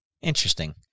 Interesting